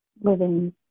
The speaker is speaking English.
living